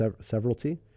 severalty